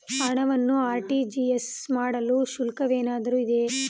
ಹಣವನ್ನು ಆರ್.ಟಿ.ಜಿ.ಎಸ್ ಮಾಡಲು ಶುಲ್ಕವೇನಾದರೂ ಇದೆಯೇ?